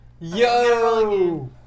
yo